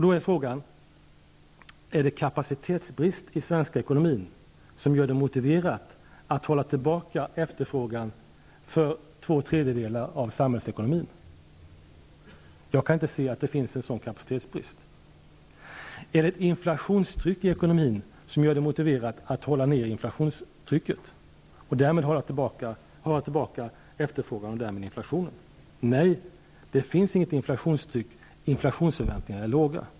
Då är frågan: Är det en kapacitetsbrist i den svenska ekonomin som gör det motiverat att hålla tillbaka efterfrågan för två tredjedelar av samhällsekonomin? Jag kan inte se att det finns en sådan kapacitetsbrist. Finns det ett inflationstryck i ekonomin som det är motiverat att hålla nere, för att hålla tillbaka efterfrågan och därmed inflationen? Nej, det finns inget inflationstryck. Inflationsförväntningarna är låga.